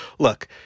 Look